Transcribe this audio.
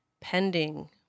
pending